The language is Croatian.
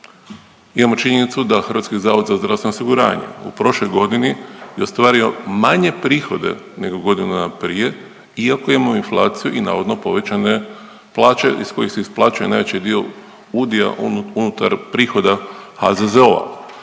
Imamo činjenicu da HZZO u prošloj godini je ostvario manje prihode nego godinu dana prije iako je imao inflaciju i navodno povećane plaće iz kojih se isplaćuje najveći dio, udio unutar prihoda HZZO-a.